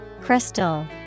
Crystal